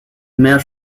mehr